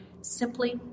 simply